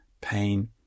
pain